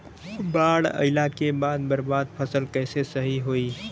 बाढ़ आइला के बाद बर्बाद फसल कैसे सही होयी?